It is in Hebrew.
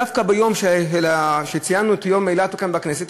דווקא ביום שציינו בו את יום אילת כאן בכנסת,